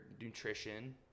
nutrition